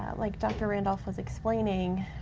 like dr. randolph was explaining,